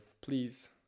please